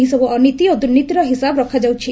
ଏହିସବୁ ଅନୀତି ଓ ଦୁର୍ନୀତିର ହିସାବ ରଖାଯାଉଛି